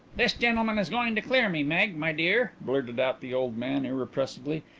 this gentleman is going to clear me, meg, my dear, blurted out the old man irrepressibly.